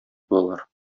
булалар